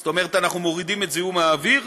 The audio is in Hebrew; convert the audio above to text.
זאת אומרת, אנחנו מורידים את זיהום האוויר.